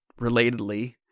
relatedly